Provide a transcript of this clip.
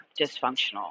dysfunctional